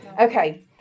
Okay